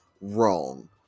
wrong